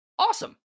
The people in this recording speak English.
Awesome